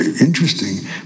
interesting